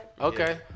Okay